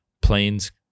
planes